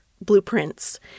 blueprints